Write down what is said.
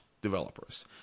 developers